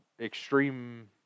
extreme